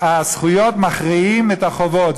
הזכויות מכריעות את החובות.